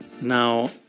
Now